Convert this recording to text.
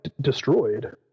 destroyed